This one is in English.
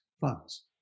funds